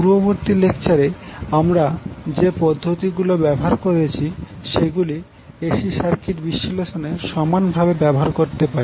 পূর্ববর্তী লেকচারে আমরা যে পদ্ধতিগুলো ব্যবহার করেছি সেগুলি এসি সার্কিট বিশ্লেষণে সমান ভাবে ব্যবহার করতে পারি